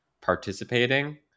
participating